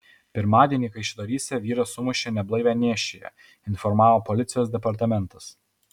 pirmadienį kaišiadoryse vyras sumušė neblaivią nėščiąją informavo policijos departamentas